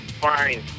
fine